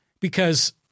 because-